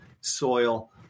soil